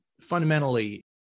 fundamentally